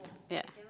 ya